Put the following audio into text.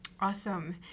Awesome